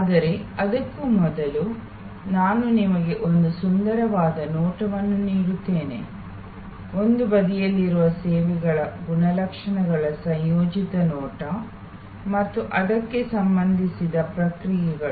ಆದರೆ ಅದಕ್ಕೂ ಮೊದಲು ನಾನು ನಿಮಗೆ ಒಂದು ಸುಂದರವಾದ ನೋಟವನ್ನು ನೀಡುತ್ತೇನೆ ಒಂದು ಬದಿಯಲ್ಲಿರುವ ಸೇವೆಗಳ ಗುಣಲಕ್ಷಣಗಳ ಸಂಯೋಜಿತ ನೋಟ ಮತ್ತು ಅದಕ್ಕೆ ಸಂಬಂಧಿಸಿದ ಪ್ರತಿಕ್ರಿಯೆಗಳು